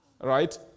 Right